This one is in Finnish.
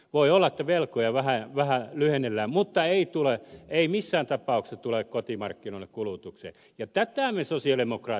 voi olla että velkoja vähän lyhennellään mutta ei missään tapauksessa tule kotimarkkinoille kulutukseen ja tätä me sosialidemokraatit olemme tarkoittaneet